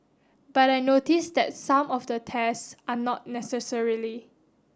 but I notice that some of the tests are not necessarily